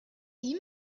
ihm